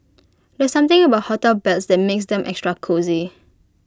there's something about hotel beds that makes them extra cosy